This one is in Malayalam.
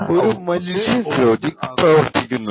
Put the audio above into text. ഇതിനിടക്ക് മലീഷ്യസ് ലോജിക് പ്രവർത്തിക്കുന്നുണ്ട്